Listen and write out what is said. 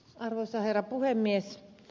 arvoisa herra puhemies